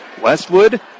Westwood